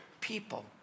people